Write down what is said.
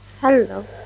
Hello